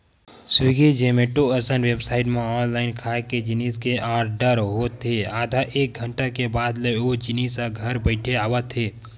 Swiggy, Zomato असन website म online खाए के जिनिस के आरडर होत हे आधा एक घंटा के बाद ले ओ जिनिस ह घर बइठे आवत हे